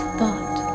thought